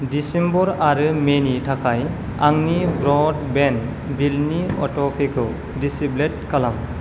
December आरो मेनि थाखाय आंनि ब्र'डबेन्ड बिलनि अट'पेखौ दिसेबोल खालाम